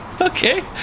Okay